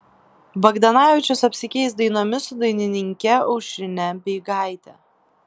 bagdanavičius apsikeis dainomis su dainininke aušrine beigaite